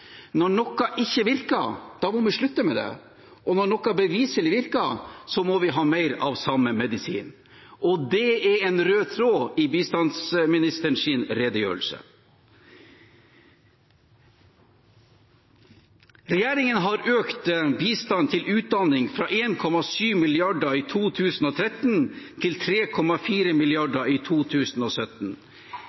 Når noe ikke virker, må vi slutte med det, og når noe beviselig virker, må vi ha mer av samme medisin. Det er en rød tråd i bistandsministerens redegjørelse. Regjeringen har økt bistand til utdanning fra 1,7 mrd. kr i 2013 til 3,4 mrd. kr i 2017.